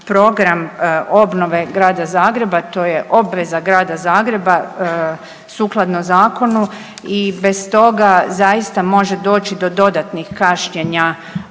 program obnove Grada Zagreba, to je obveza Grada Zagreba, sukladno zakonu i bez toga zaista može doći do dodatnih kašnjenja